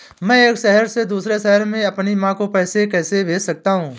मैं एक शहर से दूसरे शहर में अपनी माँ को पैसे कैसे भेज सकता हूँ?